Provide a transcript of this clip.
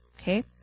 okay